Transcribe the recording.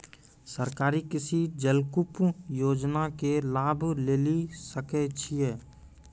सरकारी कृषि जलकूप योजना के लाभ लेली सकै छिए?